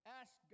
ask